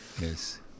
Yes